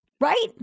Right